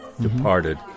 departed